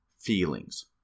feelings